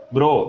Bro